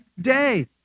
day